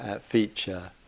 feature